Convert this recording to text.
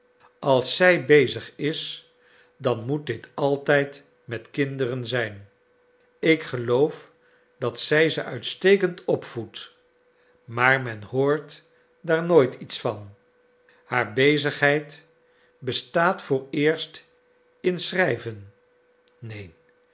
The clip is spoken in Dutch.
als zij bezig is dan moet dit altijd met kinderen zijn ik geloof dat zij ze uitstekend opvoedt maar men hoort daar nooit iets van haar bezigheid bestaat vooreerst in schrijven neen